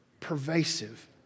pervasive